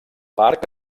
parc